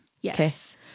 Yes